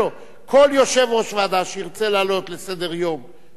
כל יושב-ראש ועדה שירצה להעלות לסדר-יום הצעת